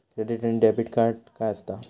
Credit आणि debit काय असता?